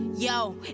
Yo